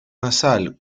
nasal